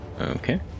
Okay